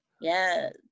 Yes